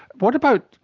what about,